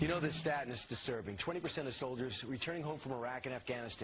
you know the status disturbing twenty percent of soldiers returning home from iraq and afghanistan